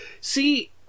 See